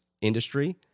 industry